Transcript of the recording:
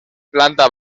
planta